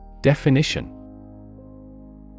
Definition